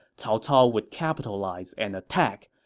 cao cao would capitalize and attack,